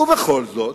ובכל זאת,